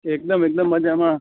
એકદમ એકદમ મજામાં